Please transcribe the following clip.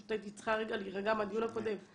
פשוט הייתי צריכה רגע להירגע מהדיון הקודם,